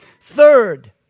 Third